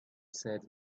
said